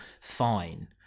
Fine